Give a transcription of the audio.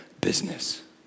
business